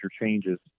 changes